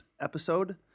episode –